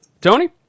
Tony